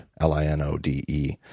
L-I-N-O-D-E